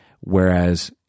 Whereas